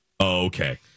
Okay